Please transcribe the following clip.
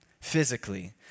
physically